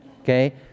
okay